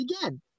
again